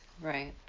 right